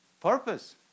purpose